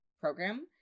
program